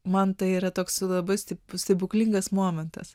man tai yra toks labai stebuklingas momentas